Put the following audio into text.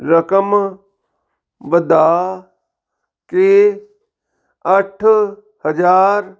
ਰਕਮ ਵਧਾ ਕੇ ਅੱਠ ਹਜ਼ਾਰ